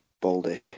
baldy